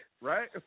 right